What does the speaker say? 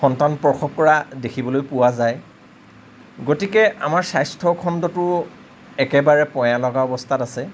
সন্তান প্ৰসৱ কৰা দেখিবলৈ পোৱা যায় গতিকে আমাৰ স্বাস্থ্য খণ্ডটো একেবাৰে পয়ালগা অৱস্থাত আছে